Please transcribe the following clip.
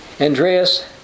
Andreas